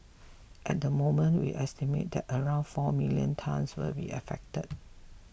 at the moment we estimate that around four million tonnes will be affected